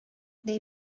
they